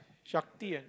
Shakti ah